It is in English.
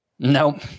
Nope